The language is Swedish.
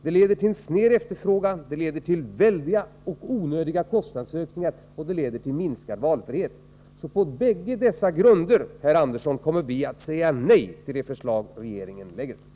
Det leder till en sned efterfrågan, det leder till väldiga onödiga kostnadsökningar och det leder till minskad valfrihet. På bägge dessa grunder, herr Andersson, kommer vi alltså att säga nej till det förslag regeringen lägger fram.